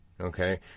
okay